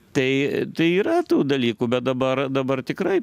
tai tai yra tų dalykų bet dabar dabar tikrai